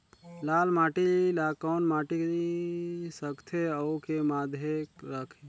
लाल माटी ला कौन माटी सकथे अउ के माधेक राथे?